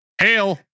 Hail